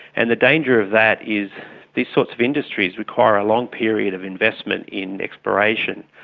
and the danger of that is these sorts of industries require a long period of investment in exploration.